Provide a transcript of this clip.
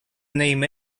name